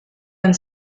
and